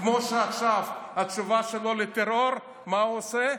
כמו שעכשיו התשובה שלו לטרור, מה הוא עושה?